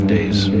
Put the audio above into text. Days